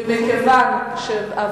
לא היו